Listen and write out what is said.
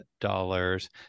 dollars